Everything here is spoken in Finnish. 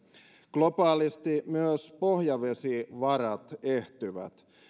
globaalisti myös pohjavesivarat ehtyvät